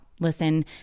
listen